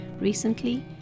Recently